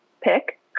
pick